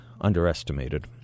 underestimated